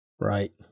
Right